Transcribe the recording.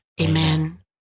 Amen